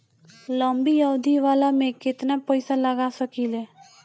लंबी अवधि वाला में केतना पइसा लगा सकिले?